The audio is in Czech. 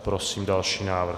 Prosím o další návrh.